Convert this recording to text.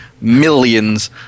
millions